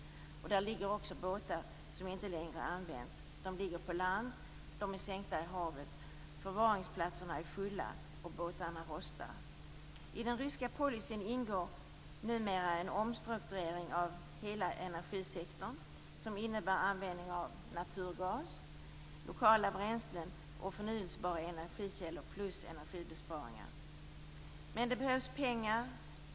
Där ligger också båtar som inte längre används - på land och sänkta i havet. Förvaringsplatserna är fulla, och båtarna rostar. I den ryska policyn ingår numera en omstrukturering av hela energisektorn som innebär användning av naturgas, lokala bränslen och förnybara energikällor och energibesparingar. Men det behövs pengar.